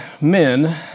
men